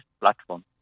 platform